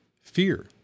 fear